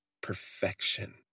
perfection